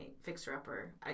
fixer-upper